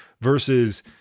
versus